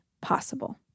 possible